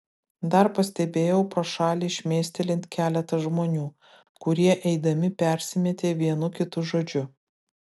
dar pastebėjau pro šalį šmėstelint keletą žmonių kurie eidami persimetė vienu kitu žodžiu